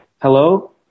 Hello